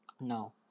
no